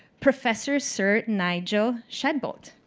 professor sir nigel shadbolt.